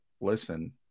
listen